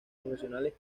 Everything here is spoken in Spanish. profesionales